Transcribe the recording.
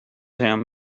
him